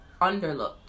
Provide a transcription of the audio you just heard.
underlooked